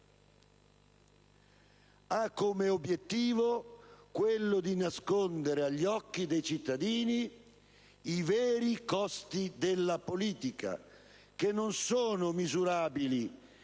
ha come obiettivo quello di nascondere agli occhi dei cittadini i veri costi della politica che non sono misurabili